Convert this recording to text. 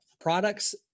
products